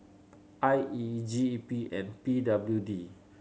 I E G E P and P W D